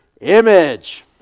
image